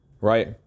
Right